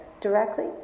directly